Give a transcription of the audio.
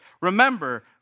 Remember